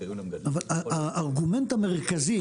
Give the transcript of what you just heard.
אבל הארגומנט המרכזי,